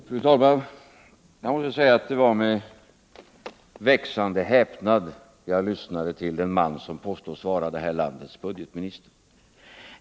Fru talman! Jag måste säga att det var med växande häpnad som jag lyssnade till den man som påstås vara detta lands budgetminister.